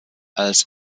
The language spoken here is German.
als